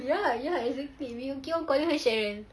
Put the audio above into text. ya ya exactly we keep on calling her cheryl